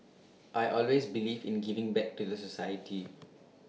I always believe in giving back to the society